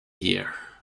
here